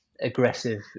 aggressive